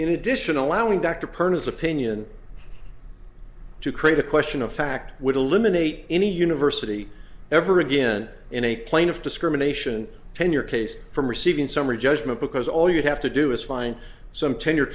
in addition allowing dr perper his opinion to create a question of fact would eliminate any university ever again in a plaintiff discrimination tenure case from receiving summary judgment because all you have to do is find some tenured